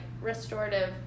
restorative